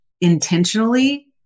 intentionally